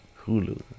Hulu